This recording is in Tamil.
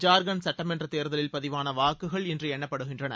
ஜார்க்கண்ட் சட்டமன்றத் தேர்தலில் பதிவான வாக்குகள் இன்று எண்ணப்படுகின்றன